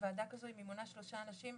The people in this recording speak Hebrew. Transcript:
בוועדה כזאת אם היא מונה שלושה אנשים,